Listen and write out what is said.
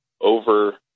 over